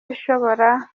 ibishobora